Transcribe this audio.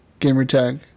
gamertag